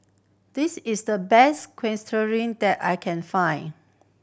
this is the best I can find